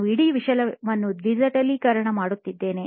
ನಾನು ಇಡೀ ವಿಷಯವನ್ನು ಡಿಜಿಟಲೀಕರಣ ಮಾಡುತ್ತಿದ್ದೆನೆ